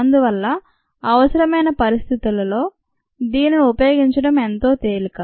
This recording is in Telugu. అందువల్ల అవసరమైన పరిస్థితుల్లో అవసరమైన పరిస్థితుల్లో దీనిని ఉపయోగించడం ఎంతో తేలిక